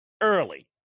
early